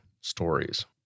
stories